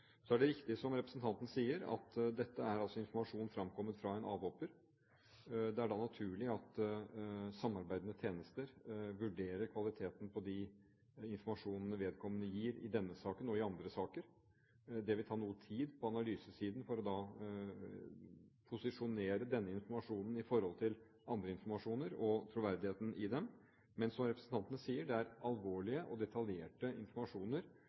Så er det riktig som representanten sier, at dette er informasjon fremkommet fra en avhopper. Det er da naturlig at samarbeidende tjenester vurderer kvaliteten på den informasjonen vedkommende gir i denne saken og i andre saker. Det vil ta noe tid på analysesiden å posisjonere denne informasjonen i forhold til andre informasjoner, og troverdigheten i dem. Men som representanten sier: Dette er alvorlig og